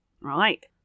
right